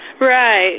Right